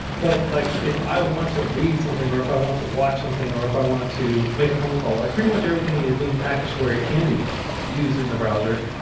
but like if i want to read something, or if i want to watch something, or if i want to make a phone call, like pretty much everything is being packaged where it can be used in the browser.